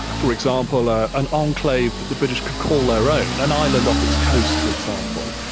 ah for example ah an enclave that the british could call their own, an island off its coast, for example.